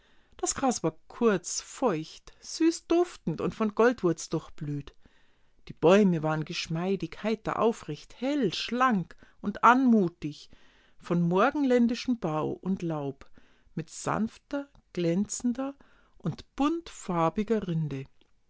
das gras war kurz feucht süß duftend und von goldwurz durchblüht die bäume waren geschmeidig heiter aufrecht hell schlank und anmutig von morgenländischem bau und laub mit sanfter glänzender und buntfarbiger rinde